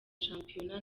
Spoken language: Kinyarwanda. shampiyona